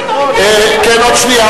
עוד שנייה,